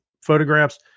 photographs